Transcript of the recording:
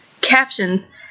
captions